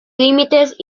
límites